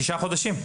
תשעה חודשים.